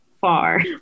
far